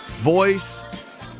voice